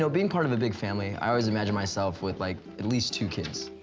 so being part of a big family, i always imagined myself with, like, at least two kids.